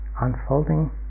unfolding